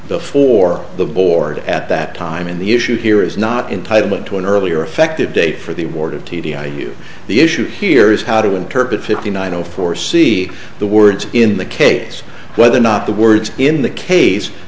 before the board at that time in the issue here is not entitle it to an earlier effective date for the award of t d i you the issue here is how to interpret fifty nine o four see the words in the case whether or not the words in the case